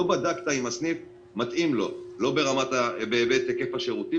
לא בדקת אם הסניף מתאים לו לא בהיבט היקף השירותים